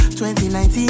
2019